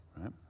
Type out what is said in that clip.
right